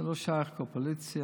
זה לא שייך לקופוליציה,